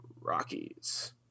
Rockies